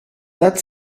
that